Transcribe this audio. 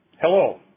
Hello